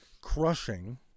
Crushing